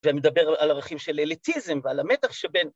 ומדבר על ערכים של אליטיזם ועל המתח שבין.